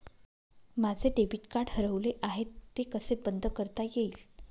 माझे debit card हरवले आहे ते कसे बंद करता येईल?